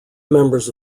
members